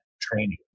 training